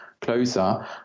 closer